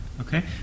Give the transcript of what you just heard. Okay